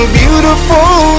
beautiful